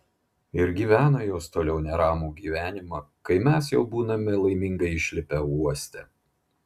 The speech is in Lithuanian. ir gyvena jos toliau neramų gyvenimą kai mes jau būname laimingai išlipę uoste